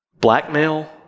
Blackmail